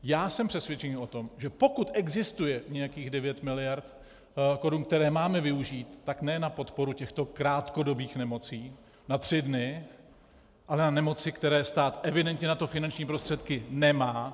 Já jsem přesvědčen o tom, že pokud existuje nějakých 9 mld. korun, které máme využít, tak ne na podporu těchto krátkodobých nemocí na tři dny, ale na nemoci, na které stát evidentně finanční prostředky nemá.